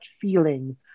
feeling